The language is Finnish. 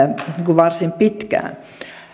varsin pitkään